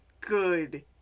good